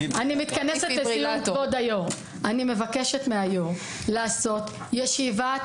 אני מבקשת מהיושב-ראש לעשות ישיבת